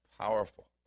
powerful